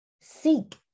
Seek